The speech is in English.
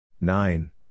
nine